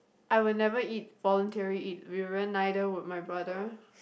I will never eat voluntary eat Durian neither would my brother